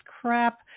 crap